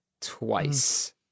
twice